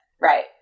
Right